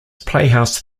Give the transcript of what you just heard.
playhouse